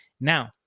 Now